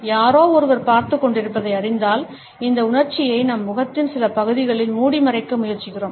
யாரோ ஒருவர் பார்த்துக் கொண்டிருப்பதை அறிந்தால் இந்த உணர்ச்சியை நம் முகத்தின் சில பகுதிகளில் மூடிமறைக்க முயற்சிக்கிறோம்